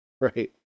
Right